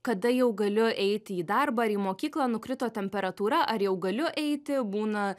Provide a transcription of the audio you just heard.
kada jau galiu eiti į darbą ar į mokyklą nukrito temperatūra ar jau galiu eiti būna